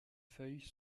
feuilles